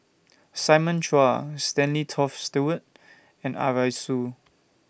Simon Chua Stanley Toft Stewart and Arasu